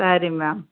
ಸರಿ ಮ್ಯಾಮ್